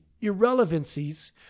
irrelevancies